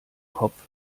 kopf